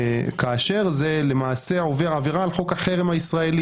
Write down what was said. זה למעשה עובר עבירה על חוק החרם הישראלי,